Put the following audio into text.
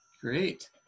great